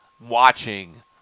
watching